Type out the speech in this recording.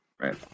Right